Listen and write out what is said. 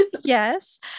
Yes